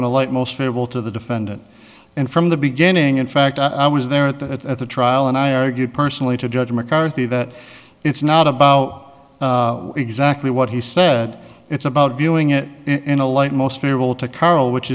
in a light most favorable to the defendant and from the beginning in fact i was there at the at the trial and i argued personally to judge mccarthy that it's not a bow exactly what he said it's about viewing it in a light most favorable to karl which